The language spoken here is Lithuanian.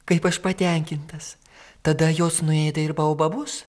kaip aš patenkintas tada jos nuėda ir baobabus